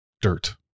dirt